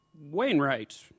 Wainwright